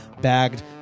bagged